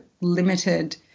limited